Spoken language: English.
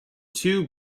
two